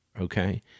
okay